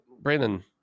Brandon